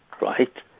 right